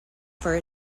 for